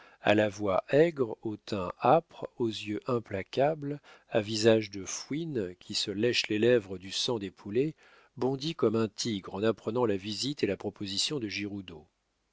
à la voix aigre au teint âpre aux yeux implacables à visage de fouine qui se lèche les lèvres du sang des poulets bondit comme un tigre en apprenant la visite et la proposition de giroudeau